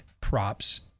props